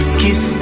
kiss